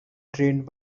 drained